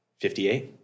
58